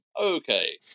Okay